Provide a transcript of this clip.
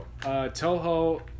Toho